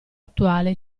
attuale